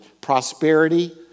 prosperity